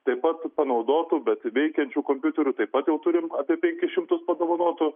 taip pat panaudotų bet veikiančių kompiuterių taip pat jau turim apie penkis šimtus padovanotų